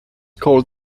called